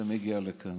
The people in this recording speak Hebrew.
ומגיע לכאן.